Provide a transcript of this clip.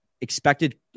expected